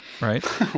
Right